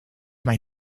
mij